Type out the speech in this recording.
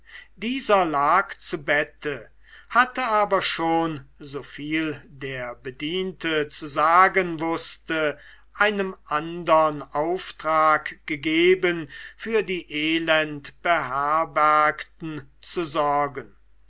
dieser lag zu bette hatte aber schon soviel der bediente zu sagen wußte einem andern auftrag gegeben für die elend beherbergten zu sorgen